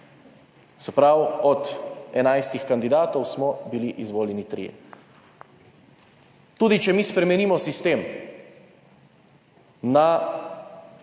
Se pravi, od 11 kandidatov smo bili izvoljeni trije. Tudi če mi spremenimo sistem, na